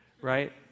right